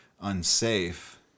unsafe